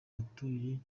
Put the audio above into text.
abatuye